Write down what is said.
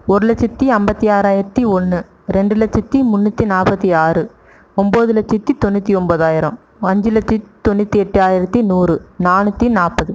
ஒரு லட்சத்தி ஐம்பத்தி ஆறாயிரத்து ஒன்று ரெண்டு லட்சத்தி முன்னூற்றி நாற்பத்தி ஆறு ஒம்பது லட்சத்தி தொண்ணூற்றி ஒம்பதாயிரம் அஞ்சு லட்சத்து தொண்ணூற்றி எட்டாயிரத்து நூறு நானூற்றி நாற்பது